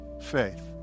faith